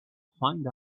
find